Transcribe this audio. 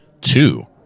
Two